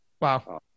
Wow